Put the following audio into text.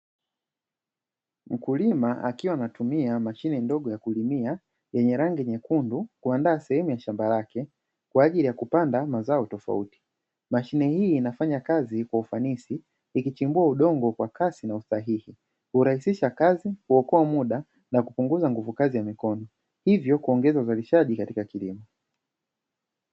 Mkulima akiwa anatumia mashine ndogo ya kulimia yenye rangi nyekundu kuandaa sehemu ya shamba lake kwa ajili ya kupanda mazao tofauti, mashine hii inafanya kazi kwa ufanisi ikichimbua udongo kwa kasi na usahihi kurahisisha kazi kuokoa muda na kupunguza nguvu kazi ya mikono hivyo kuongeza uzalishaji katika kilimo.